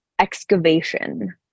excavation